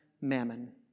mammon